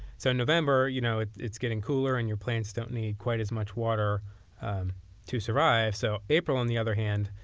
so november, you know it's getting cooler and your plants don't need quite as much water to survive. so april, on the other hand,